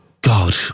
God